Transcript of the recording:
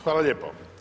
Hvala lijepo.